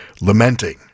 lamenting